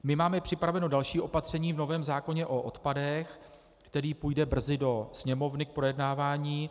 My máme připraveno další opatření v novém zákoně o odpadech, který půjde brzy do Sněmovny k projednávání.